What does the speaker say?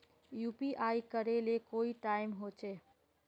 UPI करे ले कोई टाइम होचे?